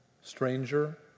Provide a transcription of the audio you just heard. stranger